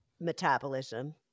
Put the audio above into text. metabolism